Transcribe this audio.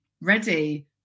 ready